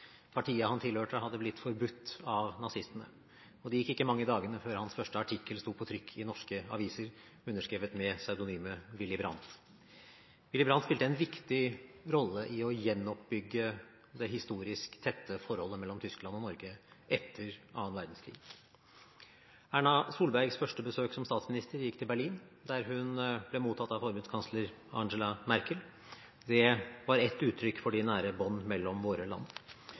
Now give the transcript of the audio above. han tilhørte, hadde blitt forbudt av nazistene. Det gikk ikke mange dagene før hans første artikkel sto på trykk i norske aviser, underskrevet med psevdonymet Willy Brandt. Willy Brandt spilte en viktig rolle i å gjenoppbygge det historisk tette forholdet mellom Tyskland og Norge etter annen verdenskrig. Erna Solbergs første besøk som statsminister gikk til Berlin, der hun ble mottatt av forbundskansler Angela Merkel. Det var ett uttrykk for de nære bånd mellom våre land.